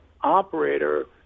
operator